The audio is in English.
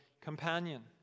companion